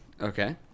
Okay